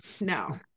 no